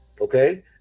okay